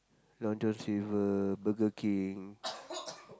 Long-John-Silver Burger-King